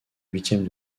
huitièmes